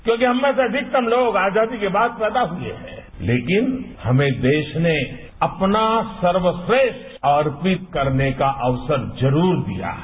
क्योंकि हम में से अधिकतर लोग आजादी के बाद पैदा हुए हैं लेकिन हमें देश ने अपना सर्वश्रेष्ठ अर्पित करने का अवसर जरूर दिया है